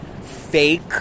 fake